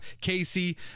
casey